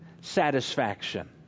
satisfaction